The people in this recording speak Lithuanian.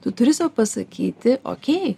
tu turi sau pasakyti okei